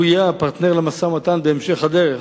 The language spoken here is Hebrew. והוא יהיה גם הפרטנר למשא-ומתן בהמשך הדרך,